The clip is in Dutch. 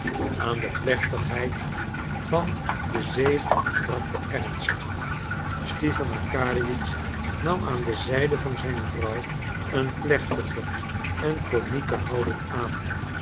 aan de plechtigheid van den zegen ontbrak de ernst stipan arkadiewitsch nam aan de zijde van zijn vrouw een plechtige en komieke houding aan